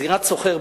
זירת סוחר,